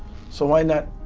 so why not